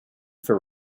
for